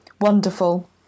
wonderful